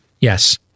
Yes